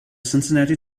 cincinnati